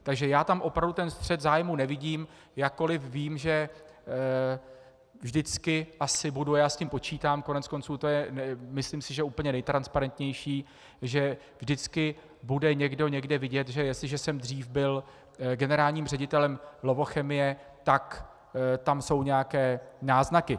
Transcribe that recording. Takže já tam opravdu ten střet zájmů nevidím, jakkoliv vím, že vždycky asi budu já s tím počítám, koneckonců myslím, že to je úplně nejtransparentnější, že vždycky bude někdo někde vidět, že jestliže jsem dřív byl generálním ředitelem Lovochemie, tak tam jsou nějaké náznaky.